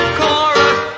chorus